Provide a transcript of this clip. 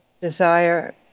desire